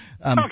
Okay